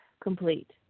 complete